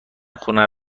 خونه